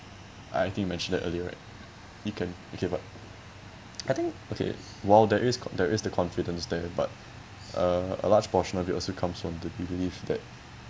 I think you mentioned that earlier right you can you can but I think okay while there is there is the confidence there but uh a large portion of it also comes from the belief that